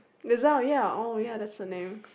gazelle ya oh ya that's the name